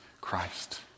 Christ